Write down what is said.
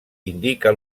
indica